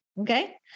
Okay